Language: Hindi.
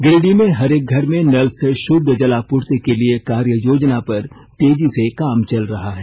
गिरिडीह में हरेक घर में नल से शुद्ध जलापूर्ति के लिए कार्ययोजना पर तेजी से काम चल रहा है